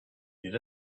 did